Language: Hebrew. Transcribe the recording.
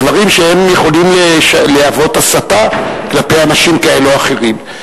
דברים שיכולים להוות הסתה כלפי אנשים כאלו או אחרים.